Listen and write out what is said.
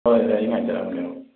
ꯍꯣꯏ ꯍꯣꯏ ꯑꯩ ꯉꯥꯏꯖꯔꯝꯃꯒꯦ ꯄꯥꯕꯨꯡ